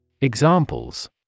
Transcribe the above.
Examples